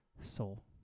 soul